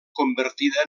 convertida